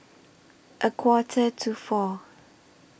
A Quarter to four